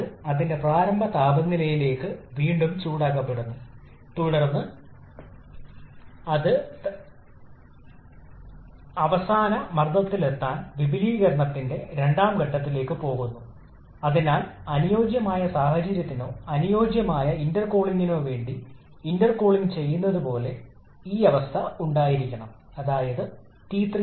അതിനാൽ ഇവിടെ നമ്മൾ സംസാരിക്കുന്നത് ഒരു ചക്രത്തെക്കുറിച്ചാണ് അല്ലെങ്കിൽ റോട്ടറി ഉപകരണങ്ങൾക്ക് അനുയോജ്യമായ ഒരു എയർ സ്റ്റാൻഡേർഡ് സൈക്കിൾ അവയെല്ലാം ഞാൻ സൂചിപ്പിച്ച പ്രക്രിയകൾ നാല് വ്യത്യസ്ത ഘടകങ്ങളിലായാണ് നടത്തുന്നത്